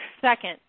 second